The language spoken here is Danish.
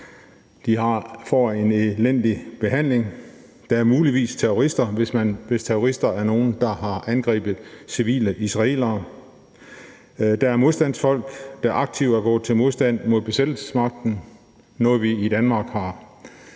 De får en elendig behandling. Der er muligvis terrorister, hvis terrorister er nogle, der har angrebet civile israelere. Der er modstandsfolk, der aktivt er gået til modstand mod besættelsesmagten – noget, vi i Danmark i